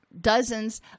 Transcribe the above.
dozens